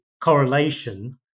correlation